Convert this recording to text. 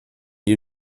you